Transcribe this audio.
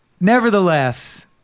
Nevertheless